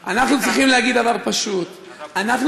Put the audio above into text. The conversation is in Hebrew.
אנחנו צריכים להגיד דבר פשוט: אנחנו